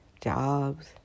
jobs